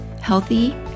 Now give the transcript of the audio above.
healthy